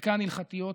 חלקן הלכתיות.